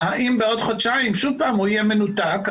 האם בעוד חודשיים שוב פעם הוא יהיה מנותק,